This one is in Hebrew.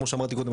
כמו שאמרתי קודם,